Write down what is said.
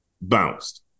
bounced